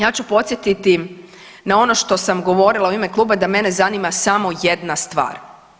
Ja ću podsjetiti na ono što sam govorila u ima kluba da mene zanima samo jedna stvar.